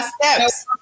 steps